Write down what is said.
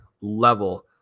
level